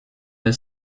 est